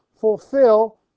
fulfill